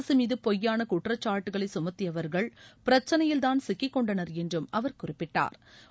அரசு மீது பொய்யான குற்றச்சாட்டுகளை சுமத்தியவர்கள் பிரச்சினையில்தான் சிக்கிக் கொண்டனர் என்று அவர் குறிப்பிட்டா்